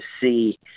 see